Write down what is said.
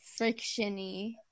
frictiony